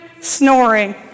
Snoring